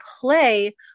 play